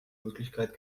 möglichkeit